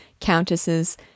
countesses